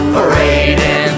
Parading